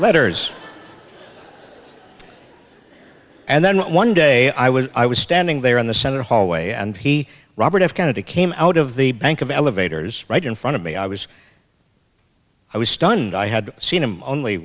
letters and then one day i was i was standing there in the center hallway and he robert f kennedy came out of the bank of elevators right in front of me i was i was stunned i had seen him only